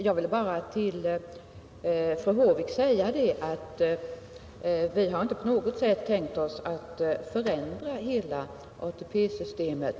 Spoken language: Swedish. Herr talman! Vi har inte tänkt oss, fru Håvik, att förändra hela ATP-systemet.